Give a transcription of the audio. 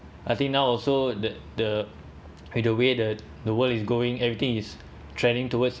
I think now also the the the way the the world is going everything is trending towards